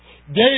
David